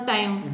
Time